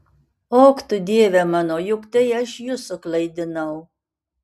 och tu dieve mano juk tai aš jus suklaidinau